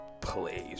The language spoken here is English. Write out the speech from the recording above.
Please